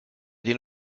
den